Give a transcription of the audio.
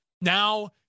now